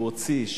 שהוא הוציא,